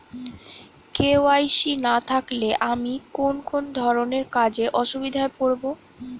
KYC না থাকলে আমি কোন কোন ধরনের কাজে অসুবিধায় পড়ব?